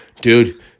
dude